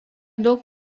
daug